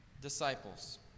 disciples